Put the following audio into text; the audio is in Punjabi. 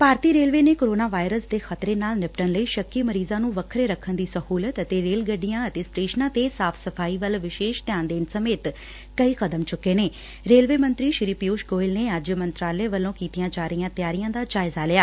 ਭਾਰਤੀ ਰੇਲਵੇ ਨੇ ਕੋਰੋਨਾ ਵਾਇਰਸ ਦੇ ਖ਼ਤਰੇ ਨਾਲ ਨਿਪੱਟਣ ਲਈ ਸ਼ੱਕੀ ਮਰੀਜ਼ਾਂ ਨੂੰ ਵੱਖਰੇ ਰੱਖਣ ਦੀ ਸਹੂਲਤ ਅਤੇ ਰੇਲ ਗੱਡੀਆਂ ਅਤੇ ਸਟੇਸ਼ਨਾਂ ਤੇ ਸਾਫ਼ ਸਫ਼ਾਈ ਵੱਲ ਵਿਸ਼ੇਸ਼ ਧਿਆਨ ਦੇਣ ਸਮੇਤ ਕਈ ਕਦਮ ਚੁੱਕੇ ਨੇ ਰੇਲਵੇ ਮੰਤਰੀ ਪਿਊਸ਼ ਗੋਇਲ ਨੇ ਅੱਜ ਮੰਤਰਾਲੇ ਵੱਲੋਂ ਕੀਤੀਆਂ ਜਾ ਰਹੀਆਂ ਤਿਆਰੀਆਂ ਦਾ ਜਾਇਜ਼ਾ ਲਿਆ